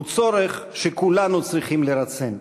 הוא צורך שכולנו צריכים לרסן.